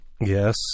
Yes